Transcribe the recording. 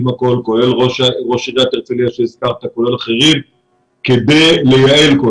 כולל ראש עיריית הרצליה שהזכרת וכולל אחרים וזאת כדי לייעל.